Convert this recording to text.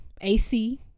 AC